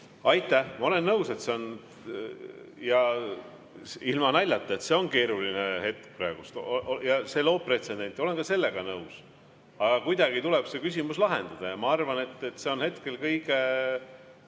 Aitäh! Ma olen nõus, et see on – ja ilma naljata – keeruline hetk ja see loob pretsedendi, olen ka sellega nõus. Aga kuidagi tuleb see küsimus lahendada ja ma arvan, et see on hetkel minu